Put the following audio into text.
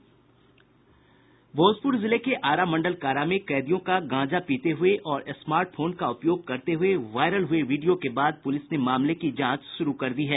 भोजपूर जिले के आरा मंडल कारा में कैदियों का गांजा पीते हुए और स्मार्ट फोन का उपयोग करते हुए वायरल हुए वीडियो के बाद पुलिस ने मामले की जांच शुरू कर दी है